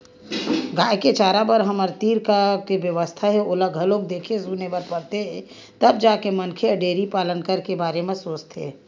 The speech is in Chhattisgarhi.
गाय के चारा बर हमर तीर का का बेवस्था हे ओला घलोक देखे सुने बर परथे तब जाके मनखे ह डेयरी पालन करे के बारे म सोचथे